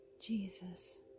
Jesus